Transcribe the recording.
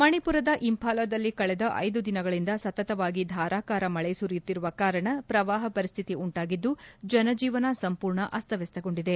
ಮಣಿಪುರದ ಇಂಘಾಲದಲ್ಲಿ ಕಳೆದ ಐದು ದಿನಗಳಿಂದ ಸತತವಾಗಿ ಧಾರಾಕಾರ ಮಳೆ ಸುರಿಯುತ್ತಿರುವ ಕಾರಣ ಪ್ರವಾಪ ಪರಿಸ್ಥಿತಿ ಉಂಟಾಗಿದ್ದು ಜನಜೀವನ ಸಂಪೂರ್ಣ ಅಸ್ತವ್ಯಸ್ತಗೊಂಡಿದೆ